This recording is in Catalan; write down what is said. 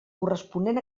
corresponent